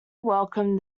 welcomed